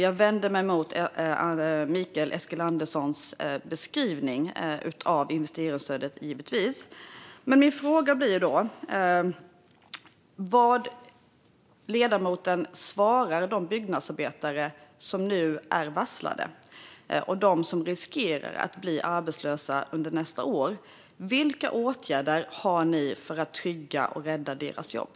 Jag vänder mig givetvis mot Mikael Eskilanderssons beskrivning av investeringsstödet, och min fråga är: Vad svarar ledamoten de byggnadsarbetare som nu är varslade och riskerar att bli arbetslösa under nästa år? Vilka åtgärder har ni för att trygga och rädda deras jobb?